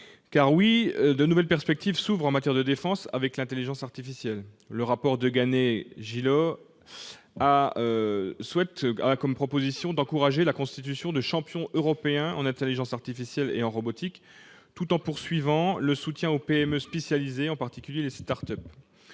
: oui, de nouvelles perspectives s'ouvrent en matière de défense avec l'intelligence artificielle. Le rapport Gillot-de Ganay préconise d'encourager la constitution de champions européens en intelligence artificielle et en robotique, tout en poursuivant le soutien aux PME spécialisées, en particulier les start-ups.